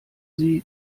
sie